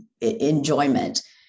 enjoyment